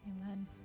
Amen